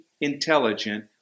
intelligent